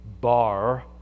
bar